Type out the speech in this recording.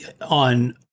on